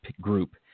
group